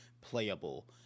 playable